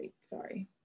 sorry